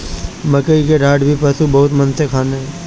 मकई के डाठ भी पशु बहुते मन से खाने